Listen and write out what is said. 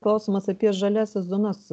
klausimas apie žaliąsias zonas